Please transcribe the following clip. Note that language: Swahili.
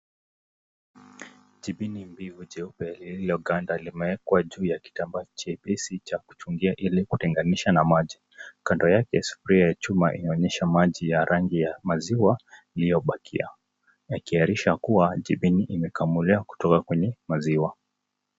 Jibini mbivu jeupe lililoganda limewekwa juu ya kitambaa chepesi cha kuchungia ili kutenganisha na maji. Kando yake, sufuria ya chuma inaonyesha maji ya rangi ya maziwa iliyobakia, ikiashiria kuwa jibini imekamuliwa kutoka kwenye maziwa.